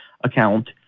account